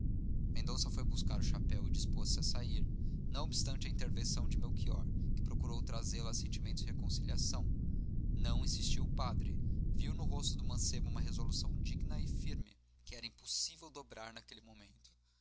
mendonça foi buscar o chapéu e dispôs-se a sair não obstante a intervenção de melchior que procurou trazê-lo a sentimentos de reconciliação não insistiu o padre viu no rosto do mancebo uma resolução digna e firme que era impossível dobrar naquele momento